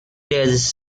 days